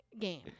game